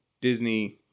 Disney